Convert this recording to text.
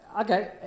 Okay